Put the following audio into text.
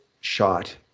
shot